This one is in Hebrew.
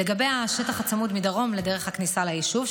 לגבי השטח הצמוד מדרום לדרך הכניסה ליישוב,